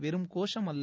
வெறும் கோஷம் அல்ல